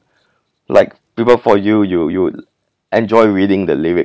like people for you you you enjoy reading the lyrics